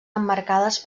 emmarcades